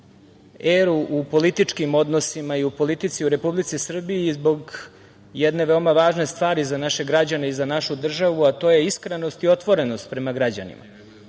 eru u političkim odnosima i u politici u Republici Srbiji zbog jedne veoma važne stvari za naše građane i za našu državu, a to je iskrenost i otvorenost prema građanima.